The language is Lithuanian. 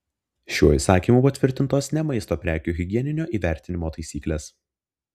šiuo įsakymu patvirtintos ne maisto prekių higieninio įvertinimo taisyklės